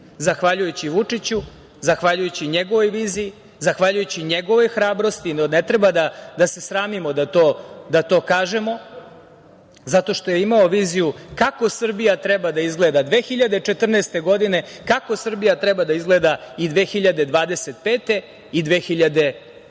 zahvaljujući Vučiću, zahvaljujući njegovoj viziji, zahvaljujući njegovoj hrabrosti, ne treba da se sramimo da to kažemo zato što je imao viziju kako Srbija treba da izgleda 2014. godine, kako Srbija treba da izgleda i 2025. i 2030.